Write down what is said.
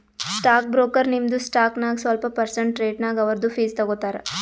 stock broker ನಿಮ್ದು stock ನಾಗ್ ಸ್ವಲ್ಪ ಪರ್ಸೆಂಟ್ ರೇಟ್ನಾಗ್ ಅವ್ರದು ಫೀಸ್ ತಗೋತಾರ